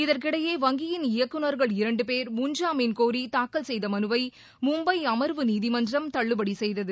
இதற்கிடையே வங்கியின் இயக்குநர்கள் இரண்டு பேர் முன்ஜாமீன் கோரி தாக்கல் செய்த மனுவை மும்பை அமர்வு நீதிமன்றம் தள்ளுபடி செய்தது